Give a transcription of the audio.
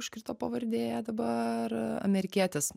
užkrito pavardė dabar amerikietis